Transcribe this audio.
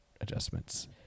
adjustments